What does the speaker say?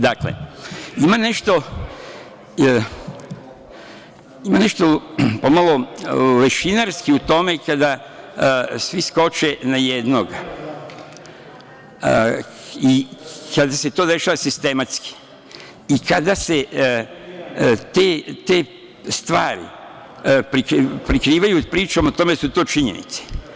Dakle, ima nešto pomalo lešinarski u tome kada svi skoče na jednog i kada se to dešava sistematski i kada se te stvari prikrivaju pričom o tome da su to činjenice.